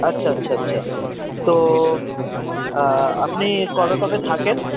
আচ্ছা আচ্ছা আচ্ছা তো আপনি কবে কবে থাকেন